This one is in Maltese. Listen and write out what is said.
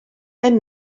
hemm